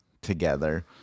together